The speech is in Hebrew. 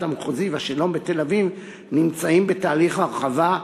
המחוזי והשלום בתל-אביב נמצאים בתהליך הרחבה,